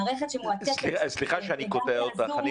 מערכת שמועתקת -- סליחה שאני קוטע אותך,